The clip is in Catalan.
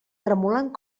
tremolant